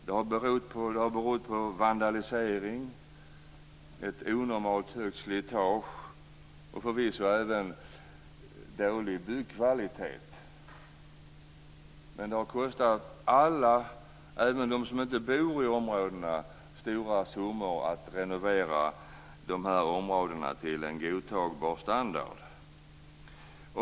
Det har berott på vandalisering, ett onormalt högt slitage och förvisso även dålig byggkvalitet. Det har kostat alla, även dem som inte bor i områdena, stora summor att renovera dem till en godtagbar standard.